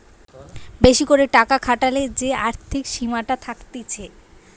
বেশি করে টাকা খাটালে যে আর্থিক সীমাটা থাকতিছে